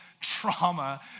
trauma